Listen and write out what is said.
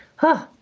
huh?